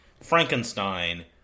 Frankenstein